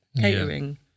catering